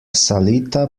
salita